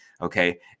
Okay